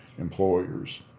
employers